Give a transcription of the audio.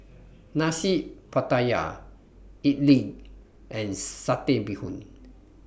Nasi Pattaya Idly and Satay Bee Hoon